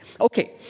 Okay